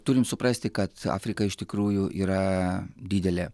turim suprasti kad afrika iš tikrųjų yra didelė